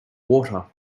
water